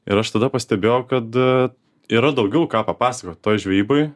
ir aš tada pastebėjau kad yra daugiau ką papasakot toj žvejyboj